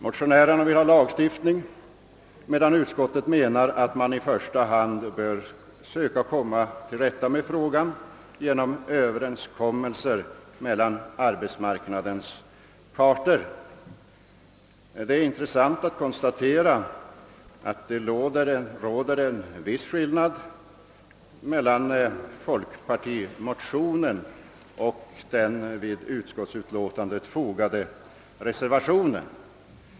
Motionärerna vill ha lagstiftning, medan utskottet menar att man i första hand bör söka komma till rätta med frågan genom överenskommelser mellan arbetsmarknadens parter. Det är intressant att konstatera att det råder en viss skillnad mellan folkpartimotionen och den vid utskottsutlåtandet fogade reservationen.